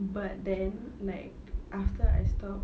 but then like after I stop